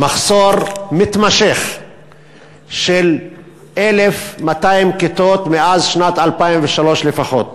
מחסור מתמשך של 1,200 כיתות מאז שנת 2003 לפחות.